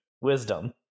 Wisdom